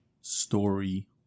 story